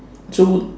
so